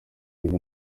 ubu